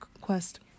quest